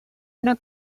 una